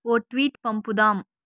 ఓ tweet పంపుదాం